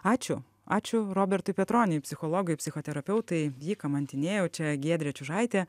ačiū ačiū robertui petroniui psichologui psichoterapeutui jį kamantinėjau čia giedrė čiužaitė